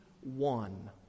one